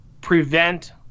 prevent